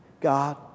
God